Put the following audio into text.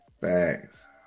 thanks